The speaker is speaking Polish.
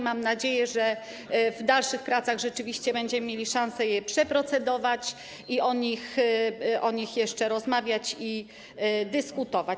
Mam nadzieję, że w dalszych pracach rzeczywiście będziemy mieli szansę je przeprocedować i o nich jeszcze rozmawiać i dyskutować.